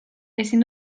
ezin